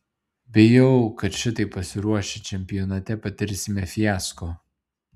bijau kad šitaip pasiruošę čempionate patirsime fiasko